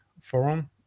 forum